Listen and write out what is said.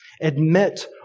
admit